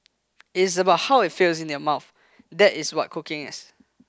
it is about how it feels in your mouth that is what cooking is